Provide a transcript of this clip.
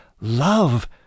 love